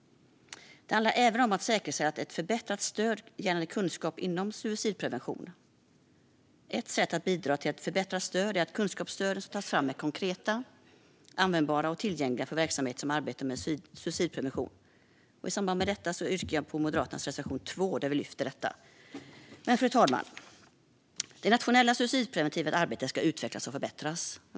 De handlar även om att säkerställa ett förbättrat stöd gällande kunskap inom suicidprevention. Ett sätt att bidra till ett förbättrat stöd är att se till att kunskapsstöden som tas fram är konkreta, användbara och tillgängliga för verksamheter som arbetar med suicidprevention. I samband med det yrkar jag bifall till Moderaternas reservation 2, där vi lyfter fram detta. Fru talman! Det nationella suicidpreventiva arbetet ska utvecklas och förbättras.